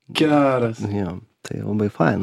geras jo tai labai faina